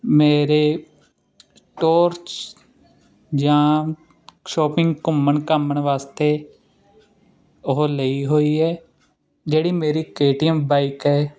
ਮੇਰੇ ਟੋਹਰ 'ਚ ਜਾਂ ਸ਼ੋਪਿੰਗ ਘੁੰਮਣ ਘਾਮਣ ਵਾਸਤੇ ਉਹ ਲਈ ਹੋਈ ਹੈ ਜਿਹੜੀ ਮੇਰੀ ਕੇਟੀਐਮ ਬਾਈਕ ਹੈ